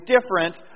different